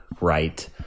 right